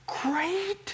Great